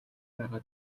байгаа